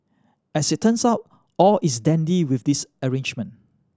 as it turns out all is dandy with this arrangement